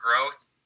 growth